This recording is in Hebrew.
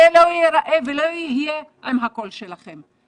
זה לא ייראה ולא יהיה עם הקול שלכם.